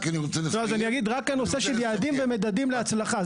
הנושא של יעדים ומדדים להצלחה.